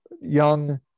young